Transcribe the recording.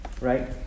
right